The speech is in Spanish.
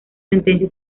sentencia